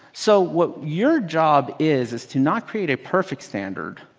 so what your job is is to not create a perfect standard.